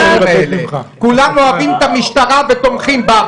כולם אוהבים את המשטרה ותומכים בה,